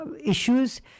issues